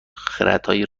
خردهای